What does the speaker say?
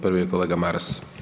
Prvi je kolega Maras.